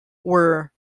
were